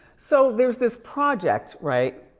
so, there's this project, right,